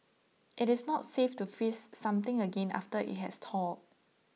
it is not safe to freeze something again after it has thawed